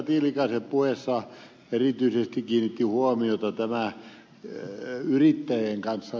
tiilikaisen puheessa erityisesti kiinnitti huomiota tämä yhteistyö yrittäjien kanssa